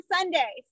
Sunday